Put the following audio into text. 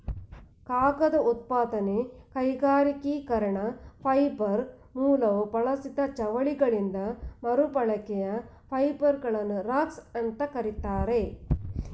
ಕಾಗದ ಉತ್ಪಾದನೆ ಕೈಗಾರಿಕೀಕರಣದ ಫೈಬರ್ ಮೂಲವು ಬಳಸಿದ ಜವಳಿಗಳಿಂದ ಮರುಬಳಕೆಯ ಫೈಬರ್ಗಳನ್ನು ರಾಗ್ಸ್ ಅಂತ ಕರೀತಾರೆ